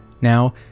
Now